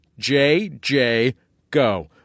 JJGo